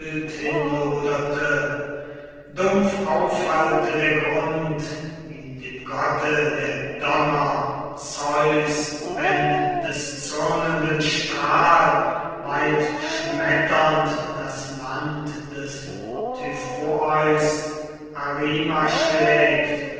loderte dumpf aufhallte der grund wie dem gotte der donner zeus wenn des zürnenden strahl weitschmetternd das land des typhoeus arima schlägt